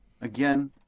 Again